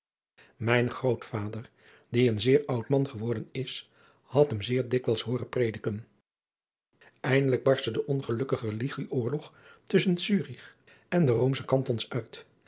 mijn grootvader die een zeer oud man geworden is had hem zeer dikwijls hooren prediken eindelijk barstte de ongelukkige religie oorlog tusschen zurich en de roomsche cantons uit